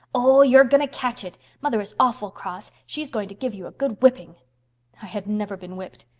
oh, you're going to catch it! mother is awful cross. she is going to give you a good whipping i had never been whipped.